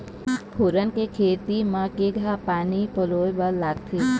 फोरन के खेती म केघा पानी पलोए बर लागथे?